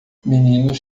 meninos